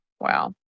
wow